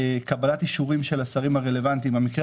קבלת אישורים של השרים הרלוונטיים במקרה